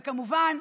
וכמובן,